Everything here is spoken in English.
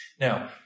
Now